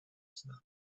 звезда